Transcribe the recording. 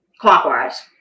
clockwise